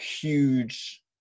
huge